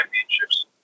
Championships